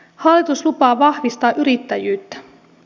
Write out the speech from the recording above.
hallitus lupaa vahvistaa yrittäjyyttä